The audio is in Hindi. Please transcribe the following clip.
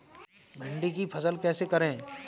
भिंडी की फसल कैसे करें?